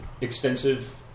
extensive